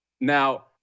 Now